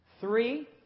three